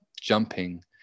jumping